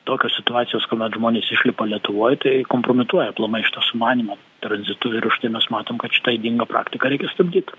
tokios situacijos kuomet žmonės išlipa lietuvoj tai kompromituoja aplamai šitą sumanymą tranzitu ir užtai mes matom kad šitą ydingą praktiką reikia stabdyt